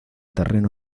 terreno